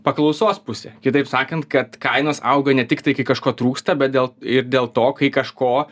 paklausos pusė kitaip sakant kad kainos auga ne tiktai kai kažko trūksta bet dėl ir dėl to kai kažko